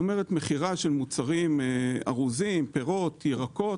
כלומר מכירה של מוצרים ארוזים, פירות וירקות.